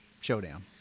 showdown